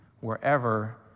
wherever